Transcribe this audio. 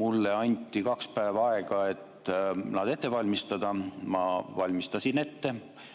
Mulle anti kaks päeva aega, et nad ette valmistada. Ma valmistasin ette,